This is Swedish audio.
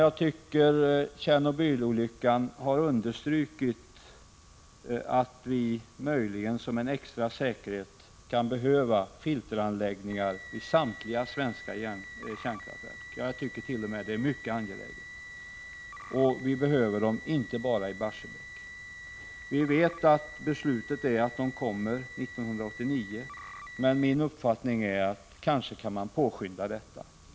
Jag tycker att Tjernobylolyckan har understrukit att vi som en extra säkerhet kan behöva filteranläggningar vid samtliga svenska kärnkraftverk, alltså inte bara i Barsebäck — ja, detta är t.o.m. mycket angeläget. Enligt vad som beslutats kommer sådana att finnas 1989, men man bör enligt min uppfattning påskynda detta.